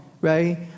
right